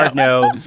like no,